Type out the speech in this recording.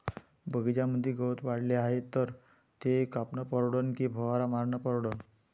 बगीच्यामंदी गवत वाढले हाये तर ते कापनं परवडन की फवारा मारनं परवडन?